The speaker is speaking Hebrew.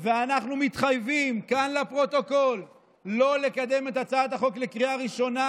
ואנחנו מתחייבים כאן לפרוטוקול לא לקדם את הצעת החוק לקריאה ראשונה,